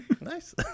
Nice